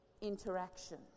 interaction